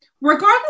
regardless